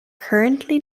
currently